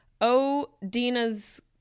Odina's